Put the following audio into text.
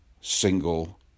single